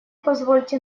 позвольте